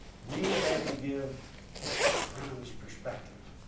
we had to give the women's perspective.